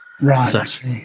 Right